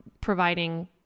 providing